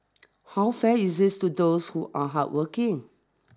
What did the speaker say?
how fair is this to those who are hardworking